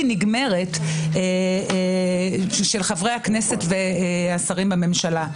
נגמרת של חברי הכנסת והשרים בממשלה.